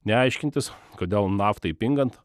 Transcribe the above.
ne aiškintis kodėl naftai pingant